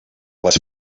les